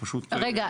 רגע.